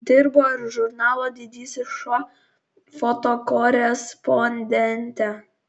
dirbo ir žurnalo didysis šuo fotokorespondente